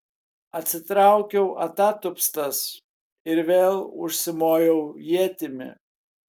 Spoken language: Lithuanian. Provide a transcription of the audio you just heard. atsitraukiau atatupstas ir vėl užsimojau ietimi